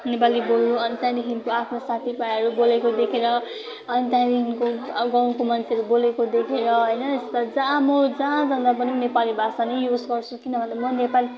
नेपाली बोल्नु त्यहाँदेखिको आफ्नो साथी भाइहरू बोलेको देखेर अनि त्यहाँदेखिको गाउँको मान्छेहरू बोलेको देखेर होइन म जहाँ जहाँ जाँदा पनि नेपाली भाषा नै युज गर्छु किनभने म नेपाली